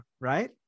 right